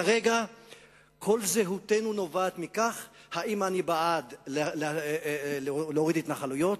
כרגע כל זהותנו נובעת מאם אני בעד להוריד התנחלויות,